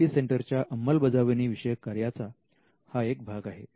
I P सेंटरच्या अंमलबजावणी विषयक कार्यांचा हा एक भाग आहे